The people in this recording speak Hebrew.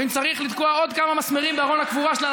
ואם צריך לתקוע עוד כמה מסמרים בארון הקבורה שלה,